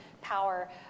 power